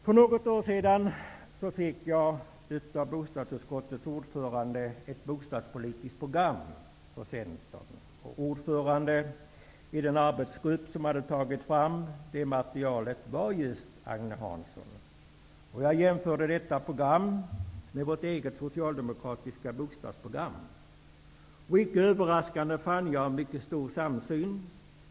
För något år sedan fick jag av bostadsutskottets ordförande ett bostadspolitiskt program gällande för Centern. Ordföranden i den grupp som tagit fram programmet var just Agne Hansson. Jag jämförde detta program med vårt eget socialdemokratiska bostadsprogram. Icke överraskande fann jag en mycket stor samsyn.